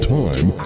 time